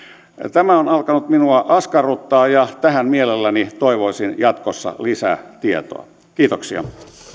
tämä on alkanut minua askarruttaa ja tähän mielelläni toivoisin jatkossa lisätietoa kiitoksia